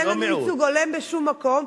כי אין לנו ייצוג הולם בשום מקום,